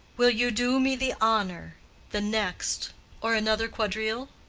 will you do me the honor the next or another quadrille?